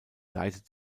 leitet